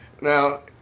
now